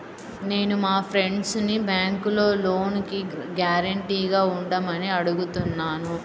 నేను మా ఫ్రెండ్సుని బ్యేంకులో లోనుకి గ్యారంటీగా ఉండమని అడుగుతున్నాను